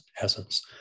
essence